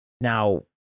Now